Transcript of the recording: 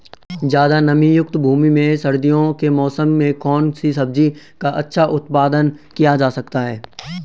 ज़्यादा नमीयुक्त भूमि में सर्दियों के मौसम में कौन सी सब्जी का अच्छा उत्पादन किया जा सकता है?